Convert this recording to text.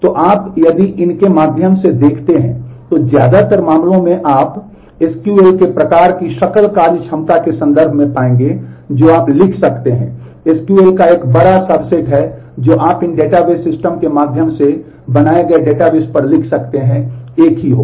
तो यदि आप इन के माध्यम से देखते हैं तो ज्यादातर मामलों में आप SQL के प्रकार की सकल कार्यक्षमता के संदर्भ में पाएंगे जो आप लिख सकते हैं SQL का एक बड़ा सबसेट जो आप इन डेटाबेस सिस्टम के माध्यम से बनाए गए डेटाबेस पर लिख सकते हैं एक ही होगा